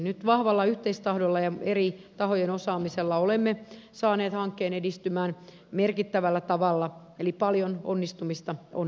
nyt vahvalla yhteistahdolla ja eri tahojen osaamisella olemme saaneet hankkeen edistymään merkittävällä tavalla eli paljon onnistumista on nähty